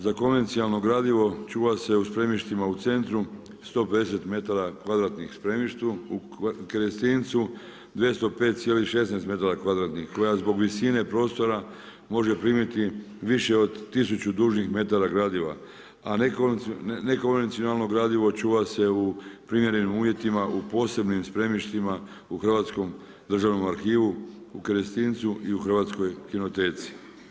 Za konvencionalno gradivo čuva se u spremištima u centru, 150 metara kvadratnih spremišta u Kerestincu, 205,16 metara kvadratnih koja zbog visine prostora može primiti više od 1000 dužih metara gradova a nekonvencionalno gradivo čuva se u primjerenim uvjetima u posebnim spremištima u Hrvatskom državnom arhivu u Kerestincu i u Hrvatskoj kinoteci.